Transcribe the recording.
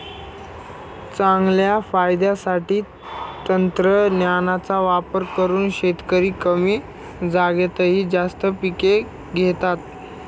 चांगल्या फायद्यासाठी तंत्रज्ञानाचा वापर करून शेतकरी कमी जागेतही जास्त पिके घेतात